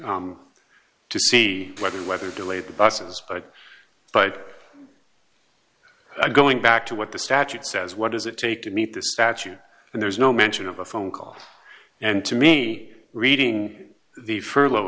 to see whether whether delayed the buses right but i'm going back to what the statute says what does it take to meet this statute and there's no mention of a phone call and to me reading the furlough